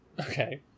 Okay